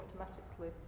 automatically